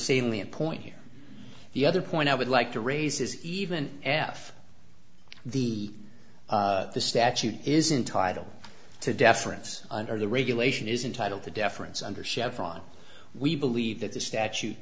salient point here the other point i would like to raise is even after the the statute is entitle to deference under the regulation is entitled the deference under c f r we believe that the statute